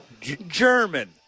German